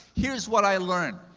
here's what i learned.